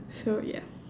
so ya